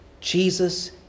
Jesus